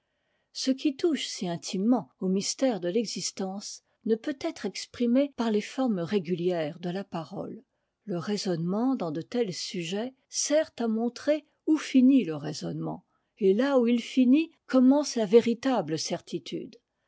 ce qui touche si intimement au mystère de l'existence ne peut être exprimé par les formes régulières de la parole le raisonnement dans de l tels sujets sert à montrer où finit le raisonnement et là où il finit commence la véritable certitude